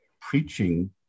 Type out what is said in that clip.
preaching